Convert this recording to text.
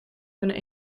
kunnen